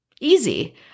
Easy